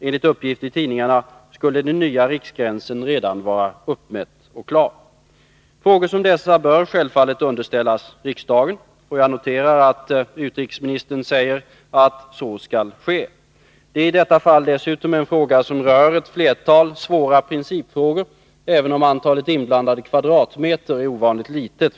Enligt uppgift i tidningarna skulle den nya riksgränsen redan vara uppmätt och klar. Frågor som dessa bör självfallet underställas riksdagen, och jag noterar att utrikesministern säger att så skall ske. Det är i detta fall dessutom ett ärende som rör ett flertal svåra principfrågor, även om antalet inblandade kvadratmeter är ovanligt litet.